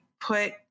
put